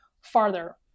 farther